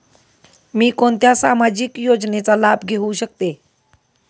मी कोणत्या सामाजिक योजनेचा लाभ घेऊ शकते?